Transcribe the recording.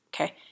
Okay